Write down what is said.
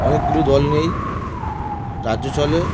অনেকগুলি দল নেই রাজ্য চলে